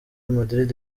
madrid